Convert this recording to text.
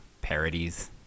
parodies